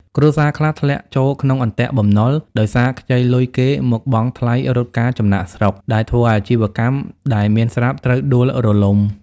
គ្រួសារខ្លះធ្លាក់ចូលក្នុង "អន្ទាក់បំណុល" ដោយសារខ្ចីលុយគេមកបង់ថ្លៃរត់ការចំណាកស្រុក ដែលធ្វើឱ្យអាជីវកម្មដែលមានស្រាប់ត្រូវដួលរលំ។